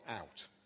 out